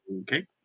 Okay